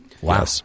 wow